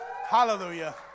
Hallelujah